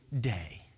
day